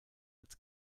als